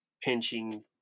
pinching